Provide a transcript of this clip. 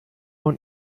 und